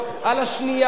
על השנייה,